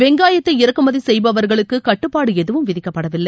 வெங்காயத்தை இறக்குமதி செய்பவர்களுக்கு கட்டுப்பாடு எதுவும் விதிக்கப்படவில்லை